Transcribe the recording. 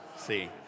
See